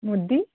ମୁଦି